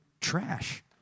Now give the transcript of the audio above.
trash